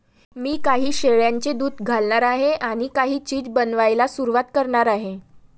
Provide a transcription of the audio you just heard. मी काही शेळ्यांचे दूध घालणार आहे आणि काही चीज बनवायला सुरुवात करणार आहे